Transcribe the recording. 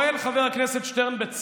שואל חבר הכנסת שטרן, בצדק,